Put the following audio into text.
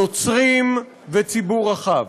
יוצרים והציבור הרחב.